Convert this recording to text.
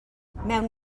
mewn